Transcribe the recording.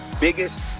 biggest